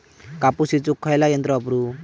कापूस येचुक खयला यंत्र वापरू?